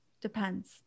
depends